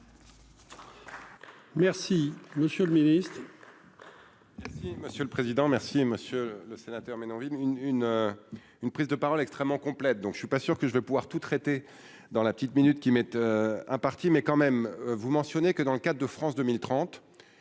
Merci, monsieur le Ministre.